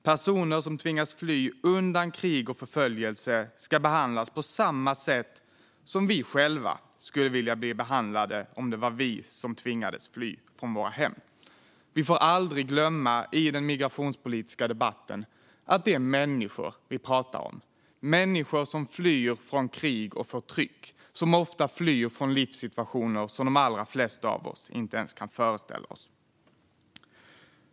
Personer som tvingas fly undan krig och förföljelse ska behandlas på samma sätt som vi själva skulle vilja bli behandlade om det var vi som tvingades fly från våra hem. I den migrationspolitiska debatten får vi aldrig glömma att det är människor vi pratar om. Det är människor som flyr från krig och förtryck. Och de flyr ofta från livssituationer som de allra flesta av oss inte ens kan föreställa oss.